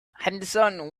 henderson